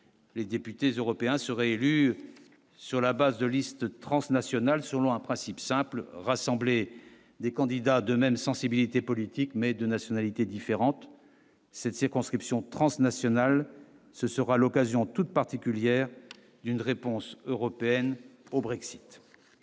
Les députés européens seraient élus sur la base de listes transnationales selon un principe simple : rassembler des candidats de même sensibilité politique mais de nationalité différentes. 7 circonscriptions transnationales, ce sera l'occasion toute particulière d'une réponse européenne au Brexit.